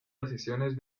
decisiones